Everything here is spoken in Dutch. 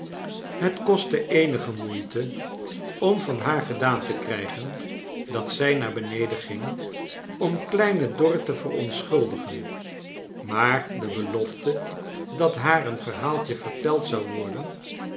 het kostte eenige moeite om van haar gedaan te krijgen dat zij naar beneden ging om kleine dorrit te verontschuldigen maar de belofte dat haar een verhaaltje verteld zou worden